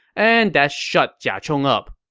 and that shut jia chong up.